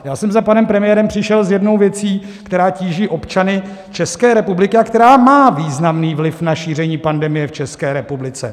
Já jsem za panem premiérem přišel s jednou věcí, která tíží občany České republiky a která má významný vliv na šíření pandemie v České republice.